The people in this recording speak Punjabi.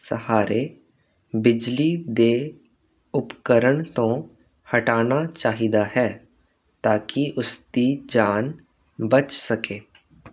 ਸਹਾਰੇ ਬਿਜਲੀ ਦੇ ਉਪਕਰਨ ਤੋਂ ਹਟਾਣਾ ਚਾਹੀਦਾ ਹੈ ਤਾਂ ਕੀ ਉਸਦੀ ਜਾਨ ਬਚ ਸਕੇ